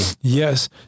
Yes